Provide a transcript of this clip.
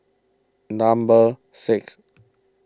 number six